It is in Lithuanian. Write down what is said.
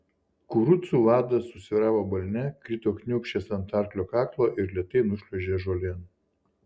kurucų vadas susvyravo balne krito kniūbsčias ant arklio kaklo ir lėtai nušliuožė žolėn